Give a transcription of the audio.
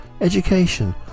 education